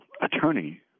attorney